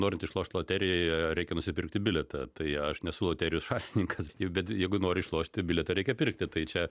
norint išlošt loterijoje reikia nusipirkti bilietą tai aš nesu loterijų šalininkas bet jeigu nori išlošti bilietą reikia pirkti tai čia